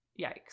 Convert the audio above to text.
yikes